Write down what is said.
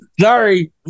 Sorry